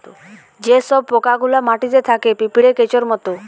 যে সব পোকা গুলা মাটিতে থাকে পিঁপড়ে, কেঁচোর মত